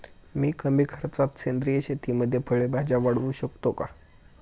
मी कमी खर्चात सेंद्रिय शेतीमध्ये फळे भाज्या वाढवू शकतो का?